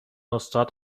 استاد